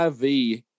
IV